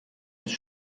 ist